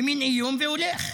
במין איום והולך.